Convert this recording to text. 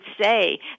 say